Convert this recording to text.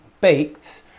baked